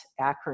acronym